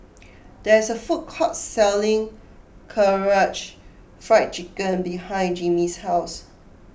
there is a food court selling Karaage Fried Chicken behind Jimmy's house